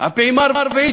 הפעימה הרביעית,